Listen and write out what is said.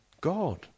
God